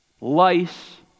lice